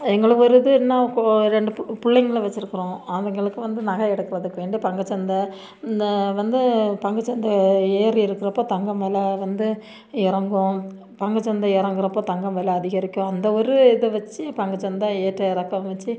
எங்களுக்கு ஒரு இது என்னா கோ ரெண்டு பு பிள்ளைங்கள வச்சிருக்கிறோம் அதுங்களுக்கு வந்து நகை எடுக்கிறதுக்கு வேண்டி பங்குச் சந்தை இந்த வந்து பங்குச் சந்தை ஏறி இருக்கிறப்ப தங்கம் வில வந்து இறங்கும் பங்குச் சந்தை இறங்குறப்ப தங்கம் வில அதிகரிக்கும் அந்த ஒரு இதை வச்சு பங்குச் சந்த ஏற்றம் இறக்கம் வச்சு